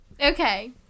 Okay